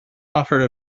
offered